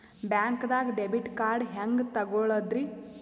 ಬ್ಯಾಂಕ್ದಾಗ debit card ಹೆಂಗ್ ತಗೊಳದ್ರಿ?